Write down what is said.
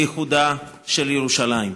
לאיחודה של ירושלים.